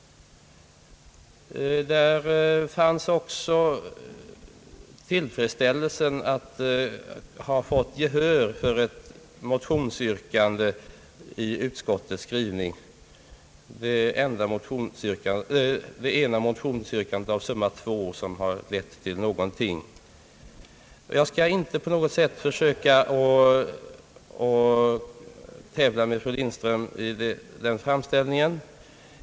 Där fanns också tillfredsställelsen att ha fått gehör för ett motionsyrkande i utskottets skrivning, det ena av summa två motionsyrkanden som har lett till någonting. Jag skall inte på något sätt försöka tävla med fru Lindström.